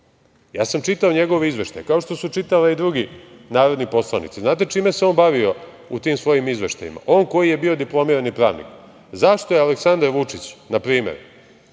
sam njegov izveštaj, kao što su čitali i drugi narodni poslanici. Znate čime se on bavio u tim svojim izveštajima, on koji je bio diplomirani pravnik? Zašto je Aleksandar Vučić, na primer,